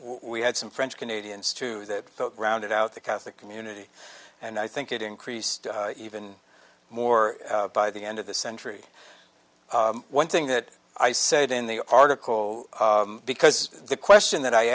we had some french canadians two that rounded out the catholic community and i think it increased even more by the end of the century one thing that i said in the article because the question that i